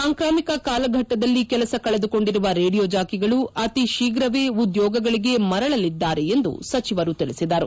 ಸಾಂಕ್ರಾಮಿಕ ಕಾಲಘಟ್ಟದಲ್ಲಿ ಕೆಲಸ ಕಳೆದುಕೊಂಡಿರುವ ರೇಡಿಯೋ ಜಾಕಿಗಳು ಅತಿಶೀಘವೇ ಉದ್ಯೋಗಗಳಿಗೆ ಮರಳಲಿದ್ದಾರೆ ಎಂದು ಸಚಿವರು ತಿಳಿಸಿದರು